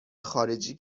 خارجی